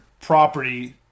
property